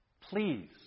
please